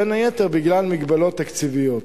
בין היתר בגלל מגבלות תקציביות.